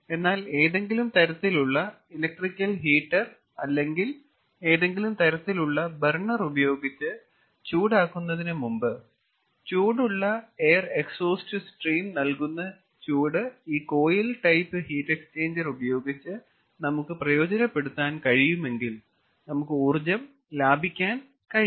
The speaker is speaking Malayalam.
എന്നാൽ ഏതെങ്കിലും തരത്തിലുള്ള ഇലക്ട്രിക്കൽ ഹീറ്റർ അല്ലെങ്കിൽ ഏതെങ്കിലും തരത്തിലുള്ള ബർണർ ഉപയോഗിച്ച് ചൂടാക്കുന്നതിന് മുമ്പ് ചൂടുള്ള എയർ എക്സ്ഹോസ്റ്റ് സ്ട്രീം നൽകുന്ന ചൂട് ഈ കോയിൽ ടൈപ്പ് ഹീറ്റ് എക്സ്ചേഞ്ചർ ഉപയോഗിച്ച് നമുക്ക് പ്രയോജനപ്പെടുത്താൻ കഴിയുമെങ്കിൽ നമുക്ക് ഊർജ്ജം ലാഭിക്കാൻ കഴിയും